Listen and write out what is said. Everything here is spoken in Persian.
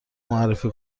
معرفی